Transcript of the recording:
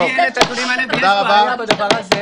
תודה רבה.